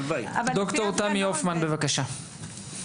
דוקטור תמי הופמן, בבקשה.